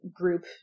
group